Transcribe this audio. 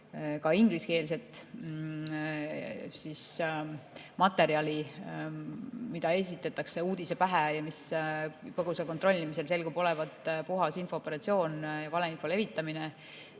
ka ingliskeelset materjali esitatakse uudise pähe, mis põgusalgi kontrollimisel selgub olevat puhas infooperatsioon, valeinfo levitamine.